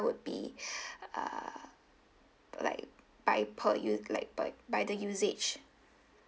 would be err like by per use like by by the usage